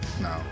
no